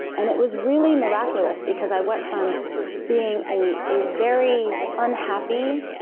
and it was really miraculous, because i went from being a a very unhappy,